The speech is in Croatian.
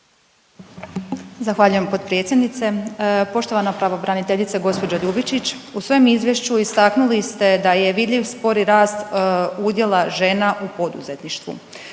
Zahvaljujem potpredsjednice. Poštovana pravobraniteljice gđo Ljubičić, u svom izvješću istaknuli ste da je vidljiv spori rast udjela žena u poduzetništvu.